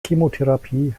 chemotherapie